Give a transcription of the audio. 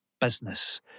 business